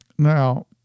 Now